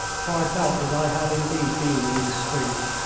for i felt that i had indeed been indiscreet,